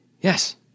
Yes